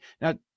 Now